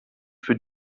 für